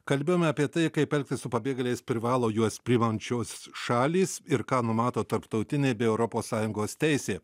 kalbėjome apie tai kaip elgtis su pabėgėliais privalo juos priimančios šalys ir ką numato tarptautinė bei europos sąjungos teisė